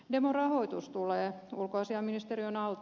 demo rahoitus tulee ulkoasianministeriön alta